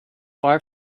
far